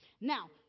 Now